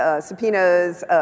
subpoenas